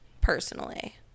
personally